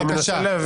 בבקשה.